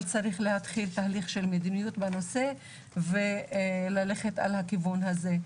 אבל צריך להתחיל תהליך של מדיניות בנושא וללכת על הכיוון הזה.